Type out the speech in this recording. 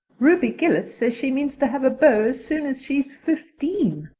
ruby gillis says she means to have a beau as soon as she's fifteen,